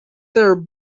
their